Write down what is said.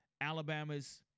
Alabama's